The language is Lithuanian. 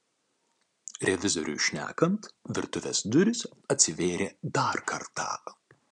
revizoriui šnekant virtuvės durys atsivėrė dar kartą